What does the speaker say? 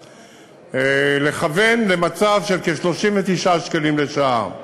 לכוון למצב של כ-39 שקלים לשעה.